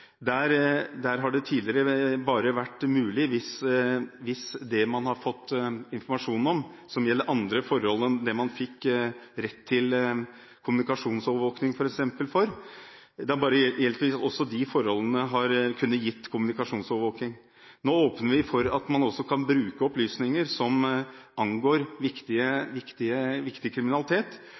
der. Et annet punkt som er viktig i de nye forslagene, gjelder bruk av overskuddsinformasjon fra kommunikasjonsovervåkning, romavlytting osv. Det har tidligere bare vært mulig hvis det man har fått informasjon om – andre forhold enn dem man f.eks. fikk rett til kommunikasjonsovervåkning for – også har kunnet gi rett til kommunikasjonsovervåkning. Nå åpner vi for at man kan bruke opplysninger om alvorlig kriminalitet,